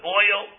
oil